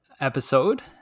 episode